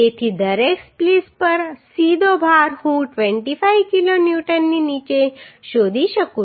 તેથી દરેક સ્પ્લિસ પર સીધો ભાર હું 25 કિલો ન્યૂટનની નીચે શોધી શકું છું